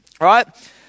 right